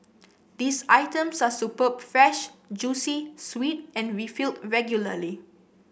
these items are superb fresh juicy sweet and refilled regularly